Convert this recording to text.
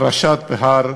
פרשת בהר,